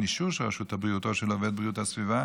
אישור של רשות הבריאות או של עובד בריאות הסביבה